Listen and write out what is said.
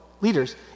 leaders